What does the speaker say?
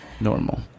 Normal